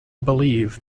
believe